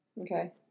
Okay